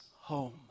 home